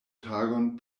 tagon